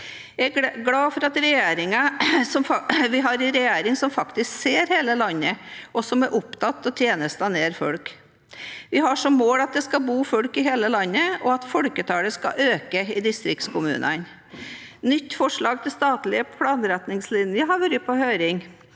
Jeg er glad vi har en regjering som faktisk ser hele landet, og som er opptatt av tjenester nær folk. Vi har som mål at det skal bo folk i hele landet, og at folketallet skal øke i distriktskommunene. Nytt forslag til statlige planretningslinjer har vært på høring.